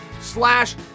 slash